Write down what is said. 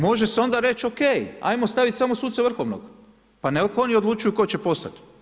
Može se onda reći OK, ajmo stavit samo suce vrhovnog, pa nek oni odlučuju tko će postati.